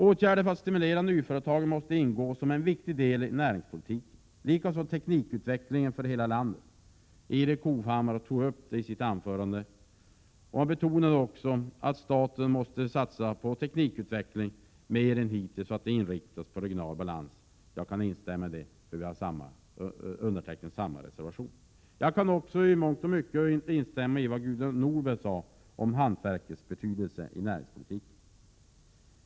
Åtgärder för att stimulera nyföretagandet måste ingå som en viktig del i näringspolitiken, liksom teknikutvecklingen i landet. Erik Hovhammar tog upp detta i sitt anförande, och han betonade också att staten mer än hittills måste satsa på teknikutveckling med inriktning på regional balans. Jag kan instämma i detta. Vi har också undertecknat samma reservation. Jag kan också instämma i mycket av det som Gudrun Norberg sade om hantverkets betydelse i näringspolitiken.